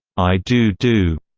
i do do,